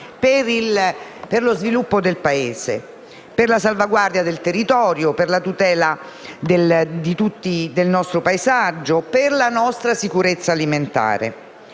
per lo sviluppo del Paese, per la salvaguardia del territorio, per la tutela del nostro paesaggio, per la nostra sicurezza alimentare.